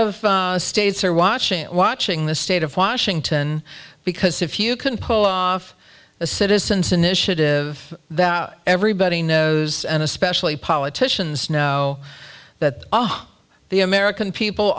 of states are watching watching the state of washington because if you can pull off a citizens initiative that everybody knows and especially politicians know that the american people